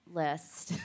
list